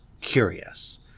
curious